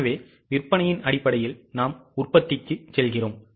எனவே விற்பனையின் அடிப்படையில் நாம்உற்பத்திக்கு செல்கிறோம்